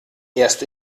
erst